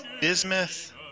Bismuth